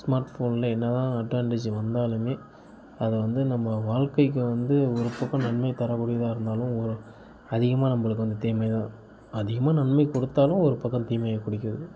ஸ்மார்ட்ஃபோனில் என்னதான் அட்வான்டேஜ் வந்தாலுமே அது வந்து நம்ம வாழ்க்கைக்கு வந்து ஒரு பக்கம் நன்மையை தரக்கூடியதாக இருந்தாலும் அதிகமாக நம்மளுக்கு வந்து தீமைதான் அதிகமாக நன்மை கொடுத்தாலும் ஒருபக்கம் தீமையை கொடுக்குது